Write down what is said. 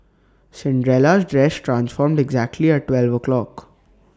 Cinderella's dress transformed exactly at twelve o'clock